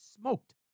smoked